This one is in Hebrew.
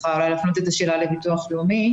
צריך להפנות את השאלה לביטוח לאומי.